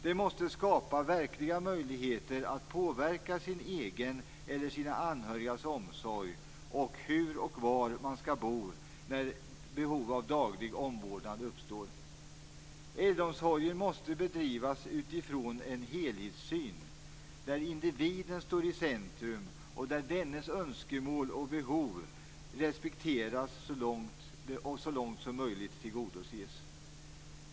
Det måste skapas verkliga möjligheter att påverka sin egen eller sina anhörigas omsorg och hur och var man skall bo när behov av daglig omvårdnad uppstår. Äldreomsorgen måste bedrivas utifrån en helhetssyn där individen står i centrum och där dennes önskemål och behov respekteras och så långt som möjligt tillgodoses.